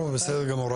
בסדר גמור,